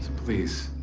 please,